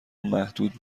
محدود